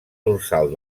dorsal